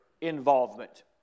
involvement